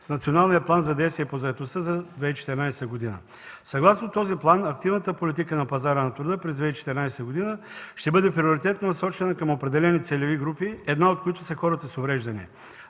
с Националния план за действие по заетостта за 2014 г. Съгласно този план активната политика на пазара на труда през 2014 г. ще бъде приоритетно насочена към определени целеви групи, една от които са хората с увреждания.